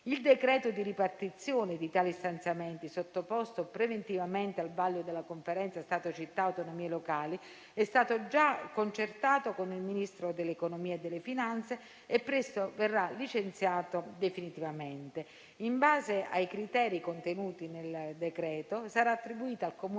Il decreto di ripartizione di tali stanziamenti, sottoposto preventivamente al vaglio della Conferenza Stato-città ed autonomie locali, è stato già concertato con il Ministro dell'economia e delle finanze e presto verrà licenziato definitivamente. In base ai criteri contenuti nel decreto, sarà attribuita al Comune